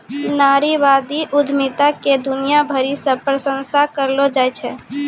नारीवादी उद्यमिता के दुनिया भरी मे प्रशंसा करलो जाय छै